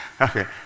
Okay